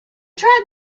drag